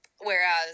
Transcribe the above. whereas